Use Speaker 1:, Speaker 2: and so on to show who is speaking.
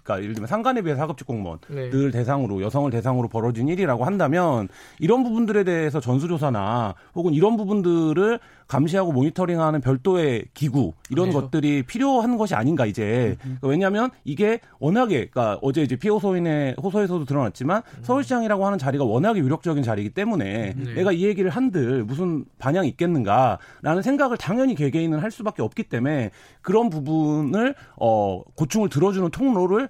Speaker 1: 그러니까 예를 들면 상관에 비해서 하급직 공무원들
Speaker 2: 네.
Speaker 1: 대상으로, 여성을 대상으로 벌어진 일이라고 한다면 이런 부분들에 대해서 전수조사나 혹은 이런 부분들을 감시하고 모니터링하는 별도의 기구, 이런
Speaker 2: 그렇죠.
Speaker 1: 것들이 필요한 것이 아닌가, 이제.
Speaker 2: 음, 음.
Speaker 1: 그러니까 왜냐하면 이게 워낙에, 그러니까 어제 이제 피해 호소인의 호소에서도 드러났지만
Speaker 2: 음.
Speaker 1: 서울시장이라고 하는 자리가 워낙에 위력적인 자리이기 때문에
Speaker 2: 음, 네.
Speaker 1: 내가 이 얘기를 한들 무슨 반향이 있겠는가라는 생각을 당연히 개개인은 할 수밖에 없기 때문에 그런 부분을, 어, 고충을 들어주는 통로를